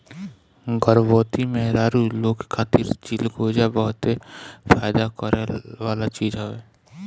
गर्भवती मेहरारू लोग खातिर चिलगोजा बहते फायदा करेवाला चीज हवे